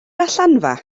allanfa